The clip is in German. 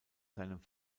seinem